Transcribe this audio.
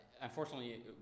unfortunately